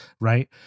right